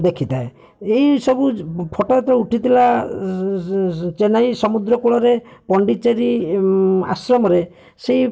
ଦେଖିଥାଏ ଏଇସବୁ ଫଟୋ ଯେତେବେଳେ ଉଠିଥିଲା ଚେନ୍ନାଇ ସମୁଦ୍ରକୂଳରେ ପଣ୍ଡିଚେରୀ ଆଶ୍ରମରେ ସେଇ